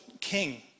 king